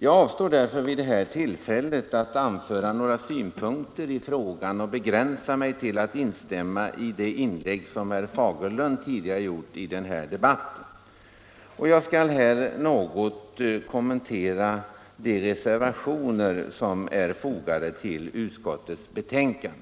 Jag avstår därför vid det här tillfället från att anföra några synpunkter i frågan och begränsar mig till att instämma i det inlägg som herr Fagerlund gjort tidigare i dag. Jag skall kommentera några av de reservationer som är fogade till utskottets betänkande.